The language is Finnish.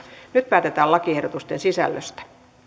nyt päätetään lakiehdotusten sisällöstä